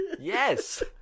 Yes